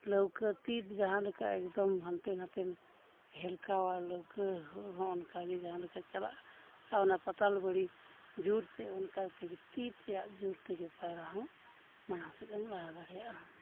ᱞᱟᱹᱣᱠᱟᱹ ᱛᱤ ᱡᱟᱦᱟᱸᱞᱮᱠᱟ ᱮᱠᱫᱚᱢ ᱦᱟᱱᱛᱮ ᱱᱟᱛᱮᱢ ᱦᱮᱞᱠᱟᱣᱟ ᱞᱟᱹᱣᱠᱟᱹ ᱦᱚᱸ ᱚᱱᱠᱟ ᱜᱮ ᱡᱟᱦᱟᱸᱞᱮᱠᱟ ᱪᱟᱞᱟᱜᱼᱟ ᱟᱨ ᱚᱱᱟ ᱯᱟᱛᱟᱞ ᱜᱟᱹᱲᱤ ᱡᱳᱨᱛᱮ ᱚᱱᱠᱟ ᱛᱮᱜᱮ ᱛᱤ ᱛᱮᱭᱟᱜ ᱡᱳᱨ ᱛᱮᱜᱮ ᱯᱟᱭᱨᱟ ᱦᱚᱸ ᱢᱟᱲᱟᱝ ᱥᱮᱫᱼᱮᱢ ᱞᱟᱦᱟ ᱫᱟᱲᱮᱭᱟᱜᱼᱟ